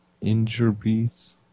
injuries